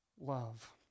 love